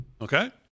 Okay